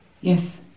Yes